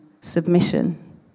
submission